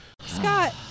Scott